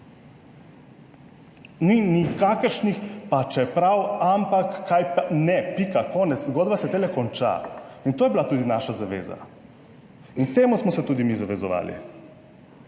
Ni nikakršnih pa čeprav, ampak, kaj pa, ne, pika konec, zgodba se te konča. In to je bila tudi naša zaveza in k temu smo se tudi mi zavezovali.